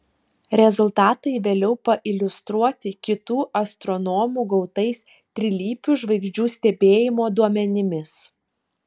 rezultatai vėliau pailiustruoti kitų astronomų gautais trilypių žvaigždžių stebėjimo duomenimis